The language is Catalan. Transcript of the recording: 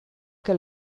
que